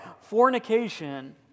Fornication